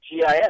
GIS